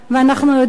ואנחנו יודעים,